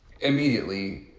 immediately